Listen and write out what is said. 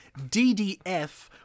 DDF